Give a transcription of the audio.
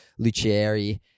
Lucieri